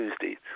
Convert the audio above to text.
Tuesday